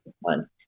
one